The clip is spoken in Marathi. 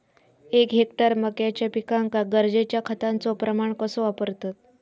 एक हेक्टर मक्याच्या पिकांका गरजेच्या खतांचो प्रमाण कसो वापरतत?